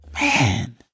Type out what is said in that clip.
Man